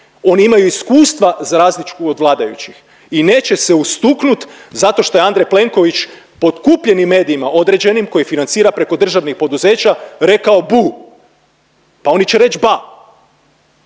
Oni imaju iskustva za razliku od vladajućih i neće se ustuknut zato što je Andrej Plenković potkupljenim medijima određenim koji financira preko državnih poduzeća rekao bu! Pa oni će reći ba!